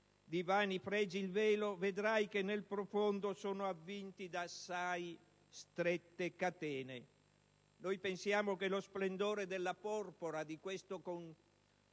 vani pregi il velo vedrai che nel profondo sono avvinti da assai strette catene». Noi pensiamo che lo splendore della porpora di questo consenso